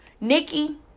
Nikki